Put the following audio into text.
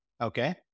Okay